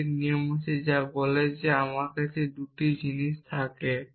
আরেকটি নিয়ম আছে যা বলে যে যদি আমার কাছে 2টি জিনিস থাকে